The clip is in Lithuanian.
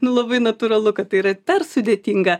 nu labai natūralu kad tai yra per sudėtinga